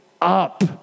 up